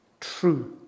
True